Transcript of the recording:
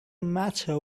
matter